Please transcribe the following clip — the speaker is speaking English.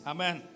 Amen